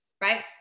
Right